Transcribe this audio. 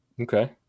Okay